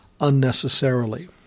unnecessarily